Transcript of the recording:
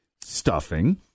stuffing